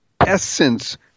essence